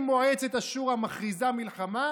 אם מועצת השורא מכריזה מלחמה,